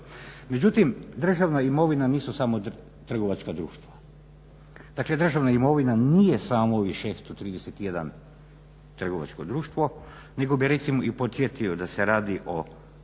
Međutim, državna imovina nisu samo trgovačka društva, dakle državna imovina nije samo ovih 631 trgovačko društvo nego bi recimo i podsjetio da se radi o